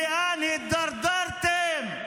לאן הידרדרתם?